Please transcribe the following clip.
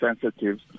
sensitive